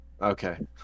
Okay